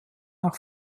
auch